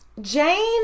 Jane